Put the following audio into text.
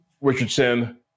Richardson